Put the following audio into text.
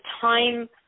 time